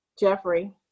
Jeffrey